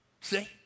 See